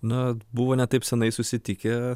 na buvo ne taip seniai susitikę